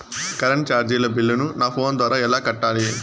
Current చార్జీల బిల్లును, నా ఫోను ద్వారా ఎలా కట్టాలి?